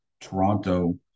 Toronto